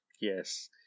Yes